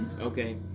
okay